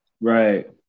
Right